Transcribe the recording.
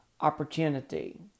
opportunity